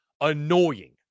annoying